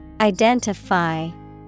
Identify